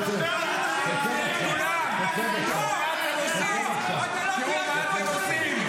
תראו מה אתם עושים.